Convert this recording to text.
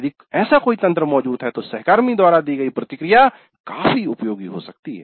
यदि ऐसा कोई तंत्र मौजूद है तो सहकर्मी द्वारा दी गई प्रतिक्रिया काफी उपयोगी हो सकती हैं